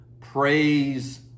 praise